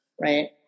right